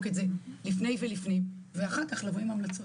את זה לפני ולפנים ואחר כך לבוא עם המלצות.